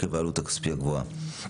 עקב העלות הכספית הגבוהה.